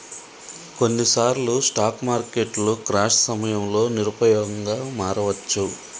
కొన్నిసార్లు స్టాక్ మార్కెట్లు క్రాష్ సమయంలో నిరుపయోగంగా మారవచ్చు